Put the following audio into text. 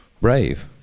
brave